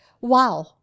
wow